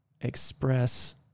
express